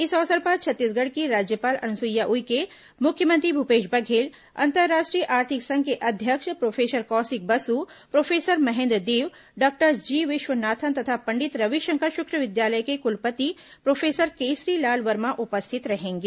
इस अवसर पर छत्तीसगढ़ की राज्यपाल अनुसुईया उईके मुख्यमंत्री भूपेश बघेल अंतर्राष्ट्रीय आर्थिक संघ के अध्यक्ष professor Kaushik Basu professor Mahendra Dev doctor G Viswanathan तथा पंडित रविशंकर शुक्ल विश्वविद्यालय के कुलपति प्रोफेसर केसरी लाल वर्मा उपस्थित रहेंगे